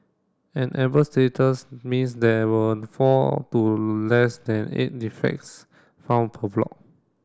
an amber status means there were four to less than eight defects found per block